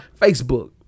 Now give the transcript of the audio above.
Facebook